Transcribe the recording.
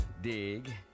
Dig